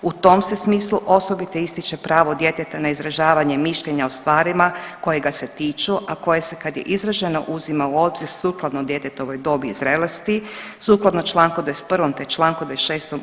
U tom se smislu osobito ističe pravo djeteta na izražavanje mišljenja o stvarima koje ga se tiču, a koje se kad je izraženo uzima u obzir sukladno djetetovoj dobi i zrelosti, sukladno članku 21. te članku 26.